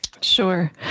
Sure